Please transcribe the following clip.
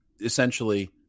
essentially